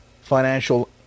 financial